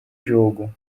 jogo